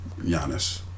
Giannis